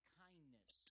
kindness